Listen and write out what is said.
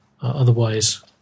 otherwise